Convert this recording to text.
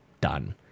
done